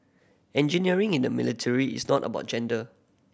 engineering in the military is not about gender